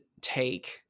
take